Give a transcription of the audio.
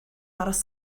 aros